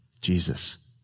Jesus